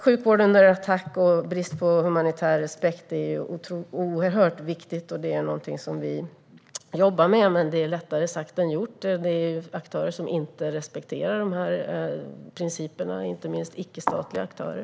Sjukvård under attack och brist på humanitär respekt är oerhört viktiga frågor. Det är någonting som vi jobbar med, men det är lättare sagt än gjort. Det finns aktörer som inte respekterar principerna, inte minst icke-statliga aktörer.